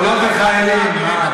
קולות החיילים.